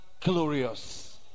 glorious